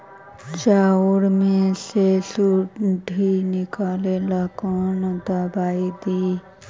चाउर में से सुंडी निकले ला कौन दवाई दी?